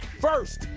First